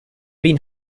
been